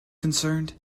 concerned